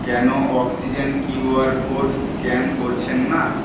কেন oxygen Q R code scan করছেন না